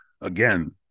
Again